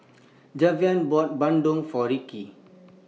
Javier bought Bandung For Rikki